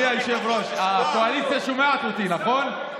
הקואליציה שומעת אותי, נכון?